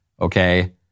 okay